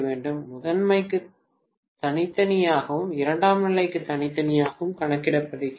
பேராசிரியர் முதன்மைக்கு தனித்தனியாகவும் இரண்டாம் நிலைக்கு தனித்தனியாகவும் கணக்கிடுகிறது